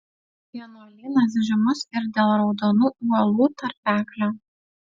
vienuolynas žymus ir dėl raudonų uolų tarpeklio